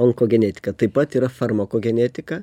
onkogenetika taip pat yra farmakogenetika